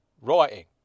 Writing